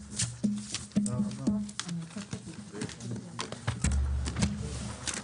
הישיבה ננעלה בשעה 15:25.